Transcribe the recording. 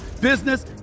business